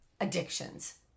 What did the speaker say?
addictions